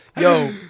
Yo